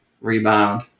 rebound